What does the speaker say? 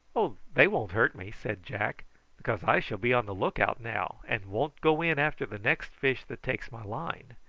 oh! they won't hurt me, said jack because i shall be on the look-out now, and won't go in after the next fish that takes my line.